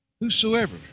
whosoever